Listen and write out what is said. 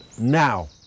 now